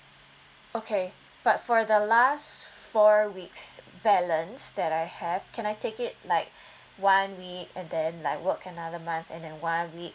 okay but for the last four weeks balance that I have can I take it like one week and then like work another month and then one week